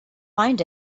find